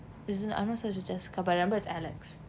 isn't I'm not sure it's jessica but I remember it's alex